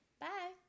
Bye